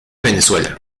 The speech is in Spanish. venezuela